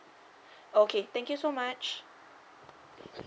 okay thank you so much